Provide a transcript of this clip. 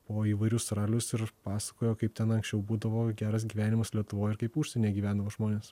po įvairius ralius ir pasakojo kaip ten anksčiau būdavo geras gyvenimas lietuvoj ir kaip užsieny gyvendavo žmonės